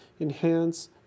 enhance